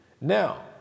now